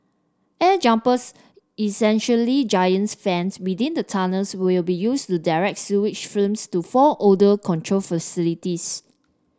air jumpers essentially giants fans within the tunnels will be used to direct sewage fumes to four odour control facilities